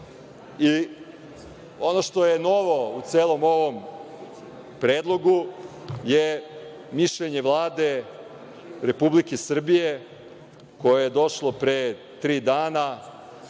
beba. Ono što je novo u celom ovom predlogu je mišljenje Vlade Republike Srbije koje je došlo pre tri dana,